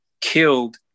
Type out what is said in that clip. killed